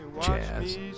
jazz